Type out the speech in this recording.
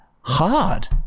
hard